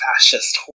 fascist